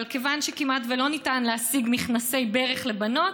אבל כיוון שכמעט ולא ניתן להשיג מכנסי ברך לבנות,